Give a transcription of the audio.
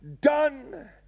done